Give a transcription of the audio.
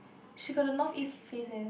she got the North East face eh